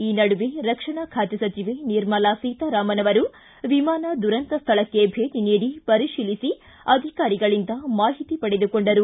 ಈ ನಡುವೆ ರಕ್ಷಣಾ ಖಾತೆ ಸಚಿವೆ ನಿರ್ಮಲಾ ಸೀತಾರಾಮನ್ ವಿಮಾನ ದುರಂತ ಸ್ವಳಕ್ಕೆ ಭೇಟಿ ನೀಡಿ ಪರಿಶೀಲಿಸಿ ಅಧಿಕಾರಿಗಳಿಂದ ಮಾಹಿತಿ ಪಡೆದುಕೊಂಡರು